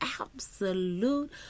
absolute